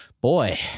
Boy